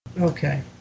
Okay